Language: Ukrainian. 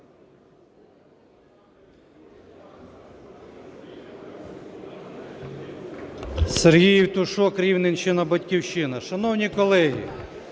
Сергій Євтушок, Рівненщина, "Батьківщина". Шановні колеги,